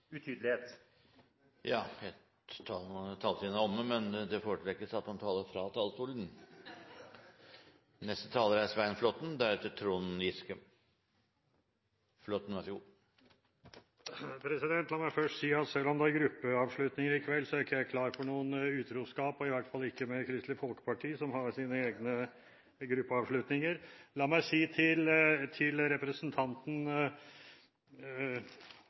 utydelighet. La meg først si at selv om det er gruppeavslutninger i kveld, er ikke jeg klar for noe utroskap, og i hvert fall ikke med Kristelig Folkeparti, som har sin egen gruppeavslutning. La meg si til representanten